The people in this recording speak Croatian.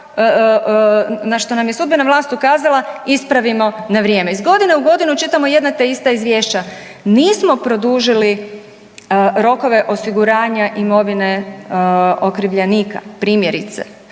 ono što nam je sudbena vlast ukazala ispravimo na vrijeme. Iz godine u godinu čitamo jedna te ista izvješća. Nismo produžili rokove osiguranja imovine okrivljenika. Primjerice